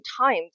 time